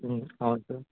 అవును సార్